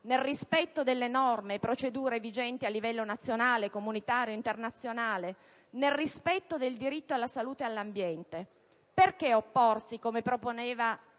nel rispetto delle norme e procedure vigenti a livello nazionale, comunitario e internazionale, e nel rispetto del diritto alla salute e all'ambiente, perché opporsi, come proponeva